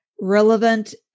relevant